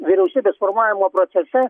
vyriausybės formavimo procese